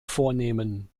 vornehmen